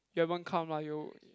you haven't come lah you